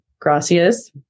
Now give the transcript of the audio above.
gracias